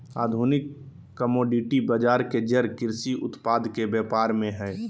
आधुनिक कमोडिटी बजार के जड़ कृषि उत्पाद के व्यापार में हइ